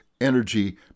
energy